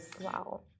Wow